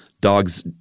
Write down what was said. Dogs